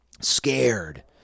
scared